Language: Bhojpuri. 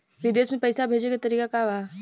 विदेश में पैसा भेजे के तरीका का बा?